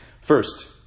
first